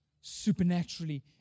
supernaturally